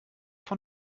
von